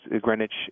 Greenwich